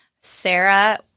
Sarah